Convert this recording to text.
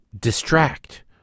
distract